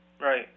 Right